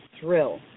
thrill